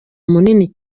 munini